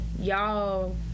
y'all